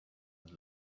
and